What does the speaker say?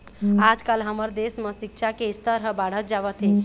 आजकाल हमर देश म सिक्छा के स्तर ह बाढ़त जावत हे